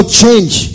change